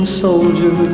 soldier